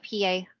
PA